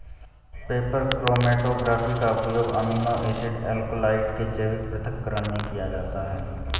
paper chromatography का उपयोग amino acid alkaloid के जैविक पृथक्करण में किया जाता है